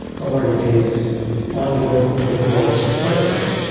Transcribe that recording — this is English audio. um ah it it is all your reports, whatever it is,